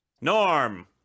norm